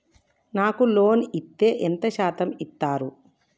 నాకు లోన్ ఇత్తే ఎంత శాతం ఇత్తరు?